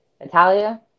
Natalia